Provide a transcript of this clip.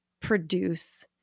produce